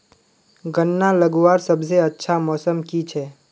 गन्ना लगवार सबसे अच्छा मौसम की छे?